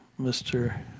Mr